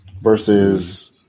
versus